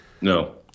no